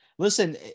Listen